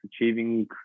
achieving